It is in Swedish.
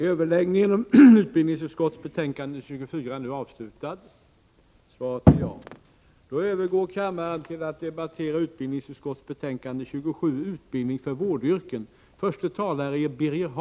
Kammaren övergår nu till att debattera utbildningsutskottets betänkande 27 om anslag till utbildning för vårdyrken m.m.